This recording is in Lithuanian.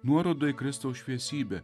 nuoroda į kristaus šviesybę